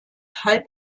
halb